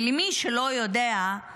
למי שלא יודע,